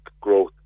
growth